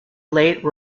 late